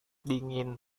dingin